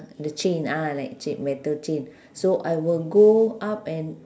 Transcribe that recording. the chain ah like chai~ metal chain so I will go up and